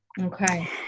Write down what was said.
Okay